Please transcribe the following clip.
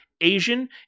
Asian